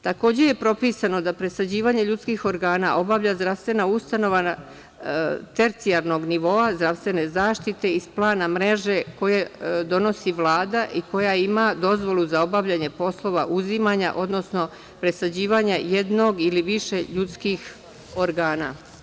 Takođe je propisano da presađivanje ljudskih organa obavlja zdravstvena ustanova tercijarnog nivoa zdravstvene zaštite iz plana mreže koju donosi Vlada i koja ima dozvolu za obavljanje poslova uzimanja, odnosno presađivanja jednog ili više ljudskih organa.